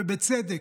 בצדק.